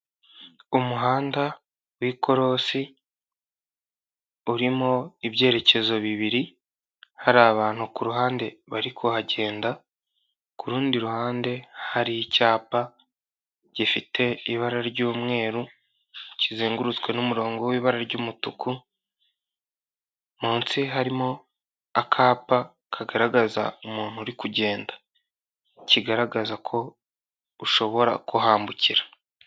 Umuhanda w'ikorosi urimo ibyerekezo bibiri hari abantu ku ruhande bari kuhagenda, kurundi ruhande hari icyapa gifite ibara ry'umweru kizengurutswe n'umurongo w'ibara ry'umutuku, munsi harimo akapa kagaragaza umuntu uri kugenda, kigaragaza ko ushobora kuhambukira.